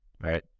right